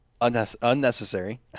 unnecessary